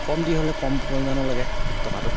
কমতি হ'লে কম পৰিমাণৰ লাগে টকাটো